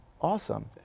awesome